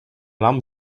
larme